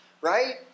right